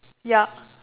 yup